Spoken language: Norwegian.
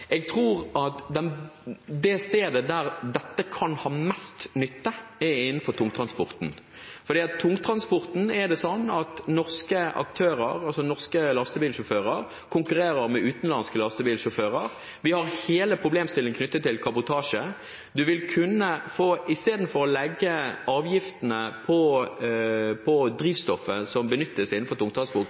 jeg si at jeg tror at der dette kan være til mest nytte, er innenfor tungtransporten, for innenfor tungtransporten er det sånn at norske aktører, altså norske lastebilsjåfører, konkurrerer med utenlandske lastebilsjåfører. Vi har hele problemstillingen knyttet til kabotasje. Istedenfor å legge avgiftene på drivstoffet som benyttes innenfor